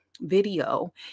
video